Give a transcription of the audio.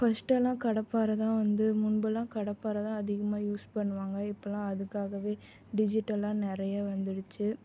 ஃபஸ்ட்டெல்லாம் கடப்பாரை தான் வந்து முன்புலாம் கடப்பாரை தான் அதிகமாக யூஸ் பண்ணுவாங்க இப்போல்லாம் அதுக்காகவே டிஜிட்டலாக நிறைய வந்துடுச்சு